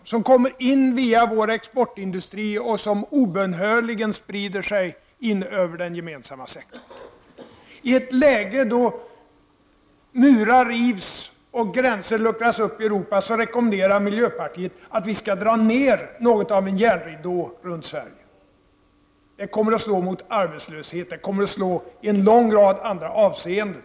Det blir en arbetslöshet som kommer in via vår exportindustri och som obönhörligen sprider sig in över den gemensamma sektorn. I ett läge då murar rivs och gränser luckras upp i Europa rekommenderar miljöpartiet att vi skall dra ner något av en järnridå runt Sverige. Det kommer att slå mot sysselsättningen, och det kommer att slå i en lång rad andra avseenden.